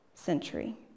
century